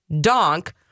donk